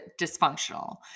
dysfunctional